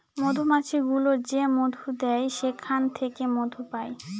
মধুমাছি গুলো যে মধু দেয় সেখান থেকে মধু পায়